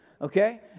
Okay